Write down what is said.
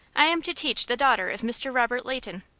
i am to teach the daughter of mr. robert leighton.